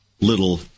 little